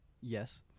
Yes